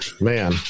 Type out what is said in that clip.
man